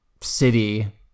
city